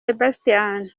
sebastian